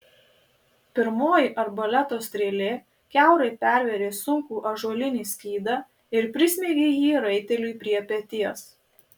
pirmoji arbaleto strėlė kiaurai pervėrė sunkų ąžuolinį skydą ir prismeigė jį raiteliui prie peties